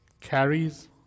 carries